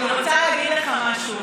אני רוצה להגיד לך משהו.